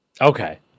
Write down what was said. Okay